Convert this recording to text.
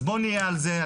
אז בואו נהיה על זה,